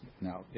Now